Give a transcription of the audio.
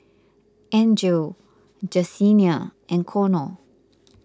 Angele Jesenia and Connor